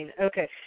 Okay